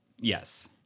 Yes